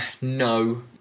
No